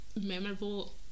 memorable